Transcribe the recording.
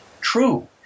true